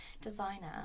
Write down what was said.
Designer